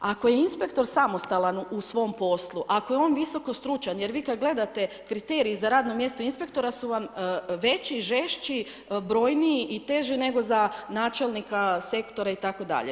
Ako je inspektor samostalan u svom poslu, ako je on visokostručan, jer vi kada gledate kriterije za radno mjesto inspektora su vam veći, žešći, brojniji i teži nego za načelnika sektora itd.